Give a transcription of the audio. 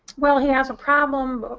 well, he has a problem,